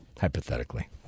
hypothetically